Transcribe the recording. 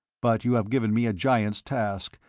but you have given me a giant's task,